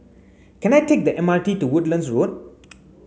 can I take the M R T to Woodlands Road